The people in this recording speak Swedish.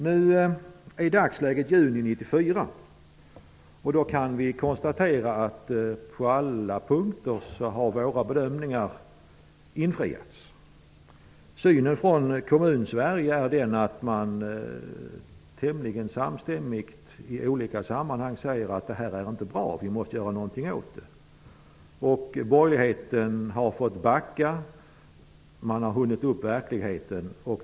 Nu är dagsläget juni 1994. På alla punkter har våra bedömningar infriats. I Kommunsverige säger man tämligen samstämmigt i olika sammanhang att detta inte är bra och att vi måste göra någonting åt det. Borgerligheten har fått backa. Man har hunnits upp av verkligheten.